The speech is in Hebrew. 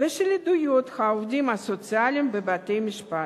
ושל עדויות העובדים הסוציאליים בבתי-המשפט.